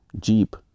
Jeep